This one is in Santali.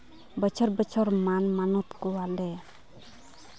ᱵᱚᱪᱷᱚᱨ ᱵᱚᱪᱷᱚᱨ ᱢᱟᱱ ᱢᱟᱱᱚᱛ ᱠᱚᱣᱟᱞᱮ